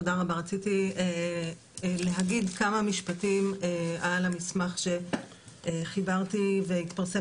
רציתי להגיד כמה משפטים על המסמך שחיברתי והתפרסם